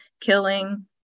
killing